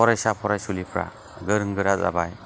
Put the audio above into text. फरायसा फरायसुलिफ्रा गोरों गोरा जाबाय